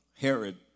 Herod